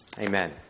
Amen